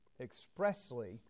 expressly